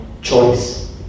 choice